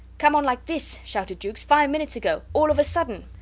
came on like this, shouted jukes, five minutes ago. all of a sudden.